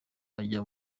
ajya